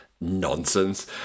nonsense